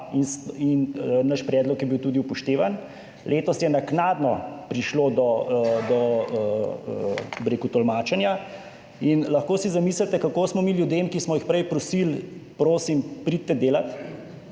in naš predlog je bil tudi upoštevan. Letos je naknadno prišlo do, bi rekel, tolmačenja in lahko si zamislite kako smo mi ljudem, ki smo jih prej prosili, prosim, pridite delat,